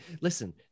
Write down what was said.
listen